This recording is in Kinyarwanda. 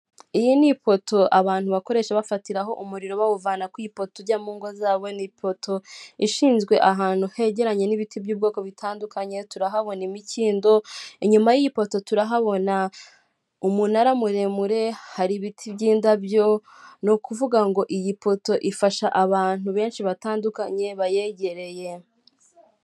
Iyi ni ipoto abantu bakoresha bafatiraho umuriro bawuvana kupoto ujya mu ngo zabo ni ipoto ishinzwe ahantu hegeranye n'ibiti by'ubwoko butandukanye, turahabona imikindo inyuma y'iyipoto turahabona umunara muremure, hari ibiti by'indabyo ni ukuvuga ngo iyipoto ifasha abantu benshi batandukanye bayegereye.